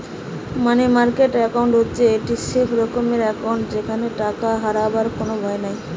মানি market account হচ্ছে একটি safe রকমের একাউন্ট যেখানে টাকা হারাবার কোনো ভয় নাই